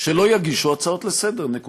שלא יגישו הצעות לסדר-היום, נקודה.